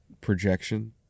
projection